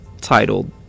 titled